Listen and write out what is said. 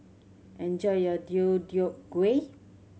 enjoy your Deodeok Gui